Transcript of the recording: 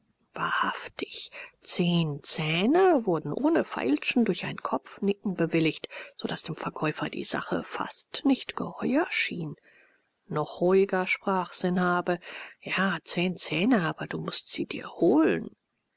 wahrhaftig zehn zähne wurden ohne feilschen durch ein kopfnicken bewilligt so daß dem verkäufer die sache fast nicht geheuer schien noch ruhiger sprach sanhabe ja zehn zähne aber du mußt dir sie holen